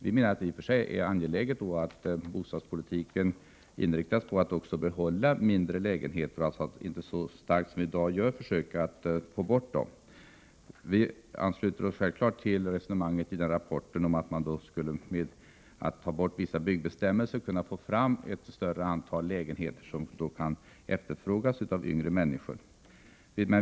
Vi menar att det i och för sig är angeläget att bostadspolitiken inriktas på att man behåller mindre lägenheter och att man inte så starkt som i dag försöker få bort dem. Vi ansluter oss självfallet till vad som förs fram i rapporten, att man genom att ta bort vissa byggbestämmelser skulle kunna få fram ett större antal lägenheter, som då kan efterfrågas av yngre människor.